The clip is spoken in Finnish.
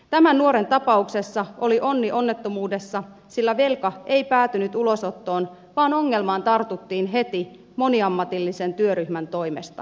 tämän nuoren tapauksessa oli onni onnettomuudessa sillä velka ei päätynyt ulosottoon vaan ongelmaan tartuttiin heti moniammatillisen työryhmän toimesta